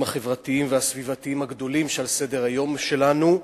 החברתיים והסביבתיים הגדולים שעל סדר-היום שלנו,